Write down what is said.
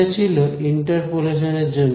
এটা ছিল ইন্টারপোলেশন এর জন্য